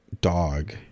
dog